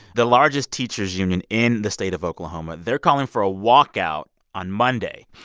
the largest teachers' union in the state of oklahoma they're calling for a walkout on monday.